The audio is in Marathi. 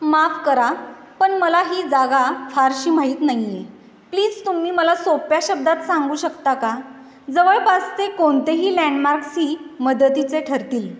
माफ करा पण मला ही जागा फारशी माहीत नाही आहे प्लीज तुम्ही मला सोप्या शब्दात सांगू शकता का जवळपास ते कोणतेही लँडमार्क्सही मदतीचे ठरतील